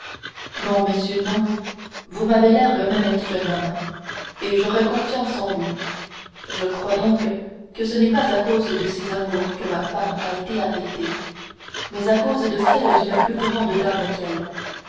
non monsieur non vous m'avez l'air d'un honnête jeune homme et j'aurai confiance en vous je crois donc que ce n'est pas à cause de ses amours que ma femme a été arrêtée mais à cause de celles d'une plus grande dame